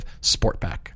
Sportback